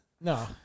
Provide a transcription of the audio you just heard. No